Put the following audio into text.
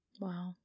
Wow